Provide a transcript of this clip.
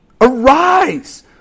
Arise